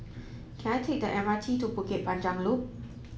can I take the M R T to Bukit Panjang Loop